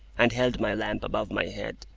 and held my lamp above my head,